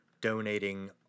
donating